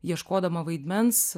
ieškodama vaidmens